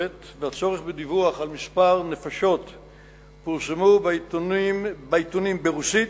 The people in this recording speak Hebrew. ביום א' בכסלו התש"ע (18 בנובמבר 2009):